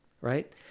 right